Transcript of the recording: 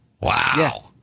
wow